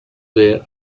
were